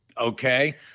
Okay